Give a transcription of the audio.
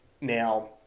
Now